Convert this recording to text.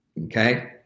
Okay